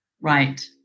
right